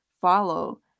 follow